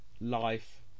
life